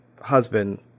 husband